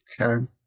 Okay